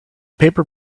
paper